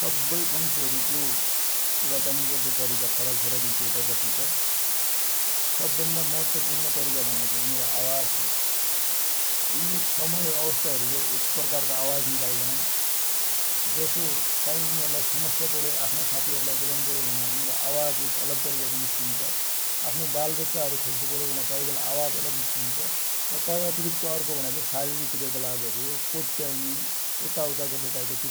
सब्बै पन्छिहरु को कुराकनी गर्दया तरिका फरकफरक हुन्छ, एकअर्का सित । सब भन्दा महत्वपुर्ण तरिका भनेको चाइ उनको आवाज हो । उनि एक समय अवस्था हेरिबटि एक प्रकारको आवज निकल्दान जसो कि उनिहरु लाइ समस्या पर्यो आफ्ना साथिहरु लाइ बोलौनुपर्यो भण्या उनरो आवाज एक तरिकाको निस्कन्छ । आफ्ना बालबच्चाहरु खोज्दु पर्यो भन्या तै बेला आवाज अलग निस्कन्छ, अनि तै अतरिक्त अर्को भनेको चाइ सारिरिस क्रियकलप हरु कोट्ट्याउने यता उता गर्बटि